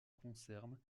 concerne